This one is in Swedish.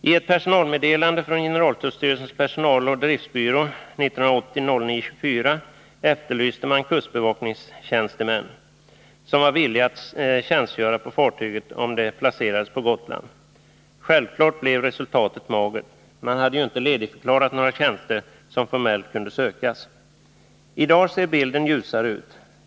I ett personalmeddelande från generaltullstyrelsens personaloch driftbyrå 1980-09-24 efterlyste man kustbevakningstjänstemän som var villiga att tjänstgöra på fartyget om det placerades på Gotland. Självfallet blev resultatet magert — man hade ju inte ledigförklarat några tjänster som formellt kunde sökas. I dag ser bilden ljusare ut.